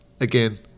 Again